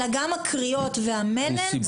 אלא גם הקריאות והמלל -- כן.